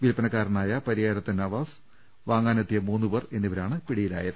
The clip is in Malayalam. വിൽപ്പനക്കാരായ പരിയാരത്തെ നവാ സ് വാങ്ങാനെത്തിയ മൂന്നുപേർ എന്നിവരാണ് പിടിയിലായത്